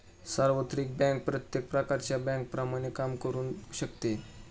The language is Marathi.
सार्वत्रिक बँक प्रत्येक प्रकारच्या बँकेप्रमाणे काम करू शकते